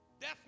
Death